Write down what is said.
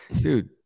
dude